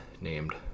named